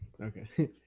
Okay